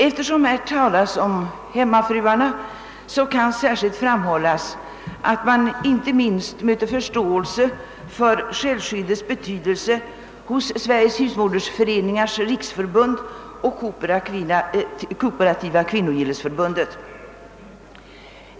Eftersom det här talas om hemmafruarna vill jag framhålla att man inte minst möter förståelse för självskyddets betydelse hos Sveriges husmodersföreningars riksförbund och Kooperativa kvinnogillesförbundet.